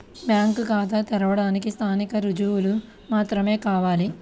Bank ఖాతా తెరవడానికి స్థానిక రుజువులు మాత్రమే కావాలా?